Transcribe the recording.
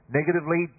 Negatively